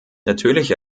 natürlich